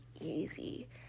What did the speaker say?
easy